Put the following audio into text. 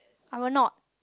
I will not